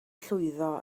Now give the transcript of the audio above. llwyddo